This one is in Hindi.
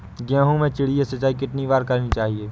गेहूँ में चिड़िया सिंचाई कितनी बार करनी चाहिए?